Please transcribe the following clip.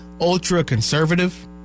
ultra-conservative